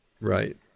Right